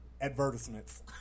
Advertisements